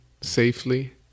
safely